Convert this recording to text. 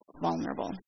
vulnerable